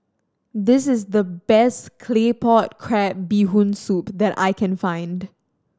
this is the best Claypot Crab Bee Hoon Soup that I can find